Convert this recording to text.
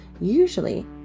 Usually